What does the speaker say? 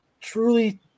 truly